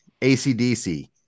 ACDC